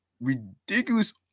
ridiculous